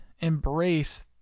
embrace